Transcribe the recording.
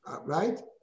right